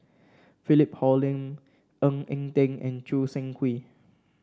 Philip Hoalim Ng Eng Teng and Choo Seng Quee